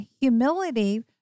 humility